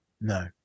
No